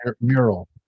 mural